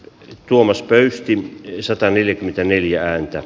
tuomas pöystin sataneljäkymmentäneljä ääntä